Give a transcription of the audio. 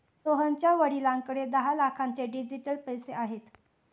सोहनच्या वडिलांकडे दहा लाखांचे डिजिटल पैसे आहेत